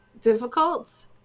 difficult